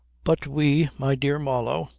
but we, my dear marlow,